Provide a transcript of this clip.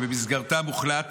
ובמסגרתם הוחלט